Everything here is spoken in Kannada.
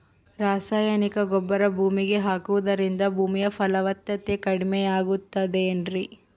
ರಾಸಾಯನಿಕ ಗೊಬ್ಬರ ಭೂಮಿಗೆ ಹಾಕುವುದರಿಂದ ಭೂಮಿಯ ಫಲವತ್ತತೆ ಕಡಿಮೆಯಾಗುತ್ತದೆ ಏನ್ರಿ?